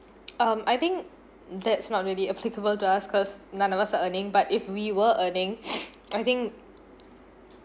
um I think that's not really applicable to us cause none of us are earning but if we were earning I think